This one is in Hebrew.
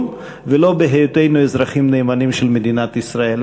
ולא בהיותנו אזרחים נאמנים של מדינת ישראל.